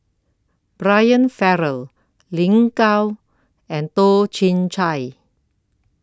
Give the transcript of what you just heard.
Brian Farrell Lin Gao and Toh Chin Chye